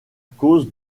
cause